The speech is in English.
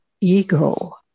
ego